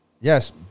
Yes